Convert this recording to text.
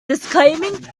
disclaiming